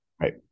right